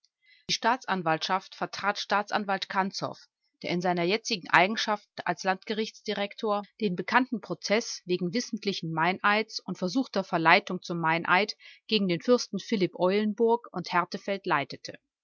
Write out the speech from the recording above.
staatsanwaltschaft vertrat staatsanwalt kanzow der in seiner jetzigen eigenschaft als landgerichtsdirektor den bekannten prozeß wegen wissentlichen meineids und versuchter verleitung zum meineid gegen den fürsten philipp eulenburg und hertefeld leitete